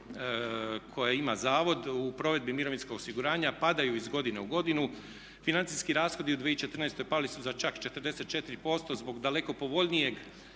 koje ima zavod u provedbi mirovinskog osiguranja i padaju iz godine u godinu. Financijski rashodi u 2014. pali su za čak 44% zbog daleko povoljnijeg